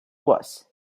was